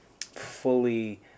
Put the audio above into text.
fully